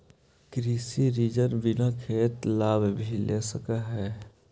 कृषि ऋण बिना खेत बाला भी ले सक है?